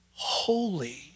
Holy